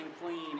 clean